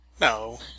No